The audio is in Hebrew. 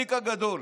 הצדיק הגדול.